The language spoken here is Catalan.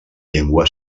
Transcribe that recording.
llengua